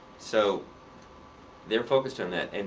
so they're focused on that.